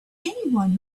anyone